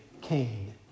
Cain